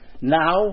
now